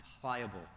pliable